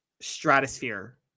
stratosphere